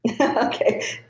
Okay